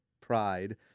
pride